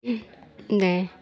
नै